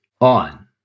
on